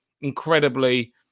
incredibly